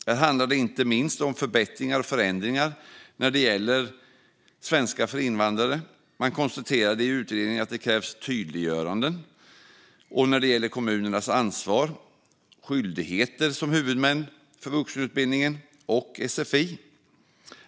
Här handlar det inte minst om förbättringar och förändringar när det gäller svenska för invandrare. Man konstaterade i utredningen att det krävs tydliggöranden när det gäller kommunernas ansvar och skyldigheter som huvudmän för vuxenutbildningen och sfi.